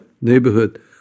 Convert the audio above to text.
neighborhood